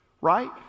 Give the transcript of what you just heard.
right